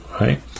right